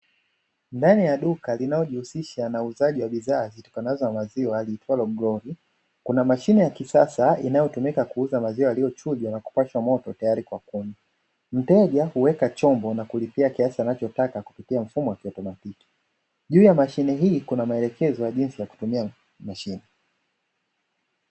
Ndani ya duka linaojihusisha na uuzaji wa bidhaa zitokanazo na maziwa aliitwa "Glory"kuna mashine ya kisasa inayotumika kuuza maziwa yaliyochujwa na kupashwa moto tayari kwa kunywa, mteja huweka chombo na kulipia kiasi anachotaka kupitia mfumo wa kiautomatiki, juu ya mashine hii kuna maelekezo ya jinsi ya kutumia mashine.